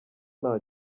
nta